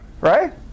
right